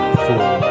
four